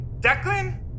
Declan